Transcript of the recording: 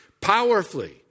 powerfully